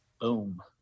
boom